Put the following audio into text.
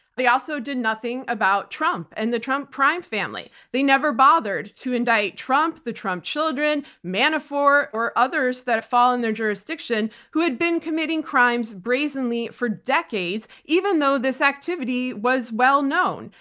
they also did nothing about trump and the trump crime family. they never bothered to indict trump, the trump children, manafort or others that fall in their jurisdiction, who had been committing crimes brazenly for decades. even though this activity was well known,